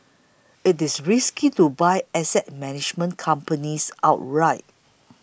it is risky to buy asset management companies outright